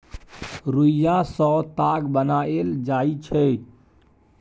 रुइया सँ ताग बनाएल जाइ छै